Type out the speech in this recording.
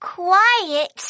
quiet